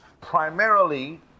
Primarily